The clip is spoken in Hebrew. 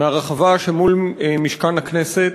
מהרחבה שמול משכן הכנסת,